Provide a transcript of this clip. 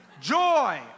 joy